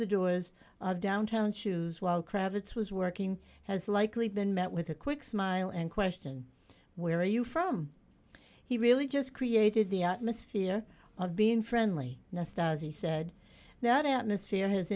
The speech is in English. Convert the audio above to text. the door was downtown shoes while cravats was working has likely been met with a quick smile and question where are you from he really just created the atmosphere of being friendly just as he said that atmosphere has